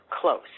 close